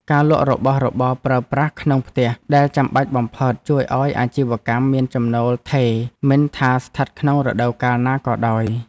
ការលក់របស់របរប្រើប្រាស់ក្នុងផ្ទះដែលចាំបាច់បំផុតជួយឱ្យអាជីវកម្មមានចំណូលថេរមិនថាស្ថិតក្នុងរដូវកាលណាក៏ដោយ។